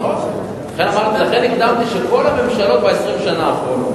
לכן הקדמתי ואמרתי שכל הממשלות ב-20 שנה האחרונות.